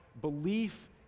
belief